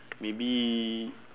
maybe